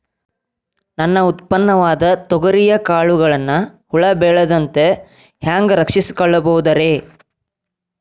ನನ್ನ ಉತ್ಪನ್ನವಾದ ತೊಗರಿಯ ಕಾಳುಗಳನ್ನ ಹುಳ ಬೇಳದಂತೆ ಹ್ಯಾಂಗ ರಕ್ಷಿಸಿಕೊಳ್ಳಬಹುದರೇ?